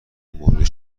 مورد